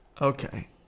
Okay